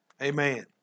Amen